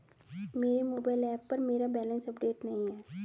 मेरे mobile app पर मेरा बैलेंस अपडेट नहीं है